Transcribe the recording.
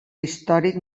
històric